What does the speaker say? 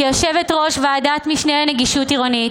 כיושבת-ראש ועדת המשנה לנגישות עירונית